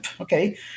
okay